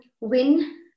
win